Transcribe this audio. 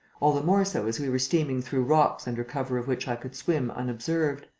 all the more so as we were steaming through rocks under cover of which i could swim unobserved.